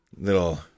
little